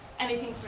anything.